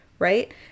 Right